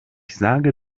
sage